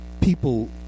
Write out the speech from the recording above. people